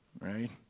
right